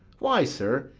why, sir,